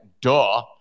duh